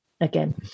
again